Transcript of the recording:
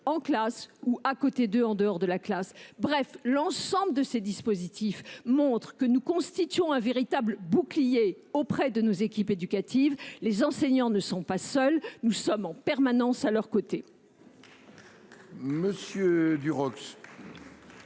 en classe et en dehors de la classe. Bref, l’ensemble de ces dispositifs montrent que nous constituons un véritable bouclier auprès de nos équipes éducatives. Les enseignants ne sont pas seuls : nous sommes en permanence à leurs côtés.